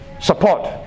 support